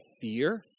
fear